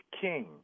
king